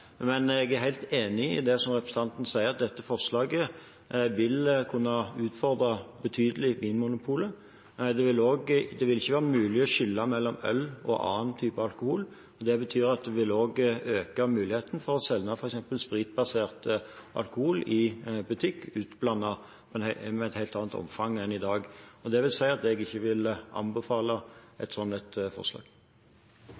men jeg er helt enig i det som representanten sier, dette forslaget vil kunne utfordre Vinmonopolet betydelig. Det vil ikke være mulig å skille mellom øl og annen type alkohol. Det betyr at det også vil øke muligheten for f.eks. å selge spritbaserte utblandet alkohol i butikk i et helt annet omfang enn i dag. Det vil si at jeg ikke vil anbefale et slikt forslag.